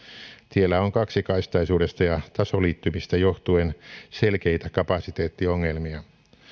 tiellä on kaksikaistaisuudesta ja tasoliittymistä johtuen selkeitä kapasiteettiongelmia